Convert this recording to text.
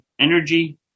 energy